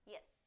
Yes